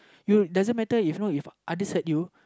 you doesn't matter if you know others hurt you